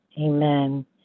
Amen